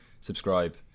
subscribe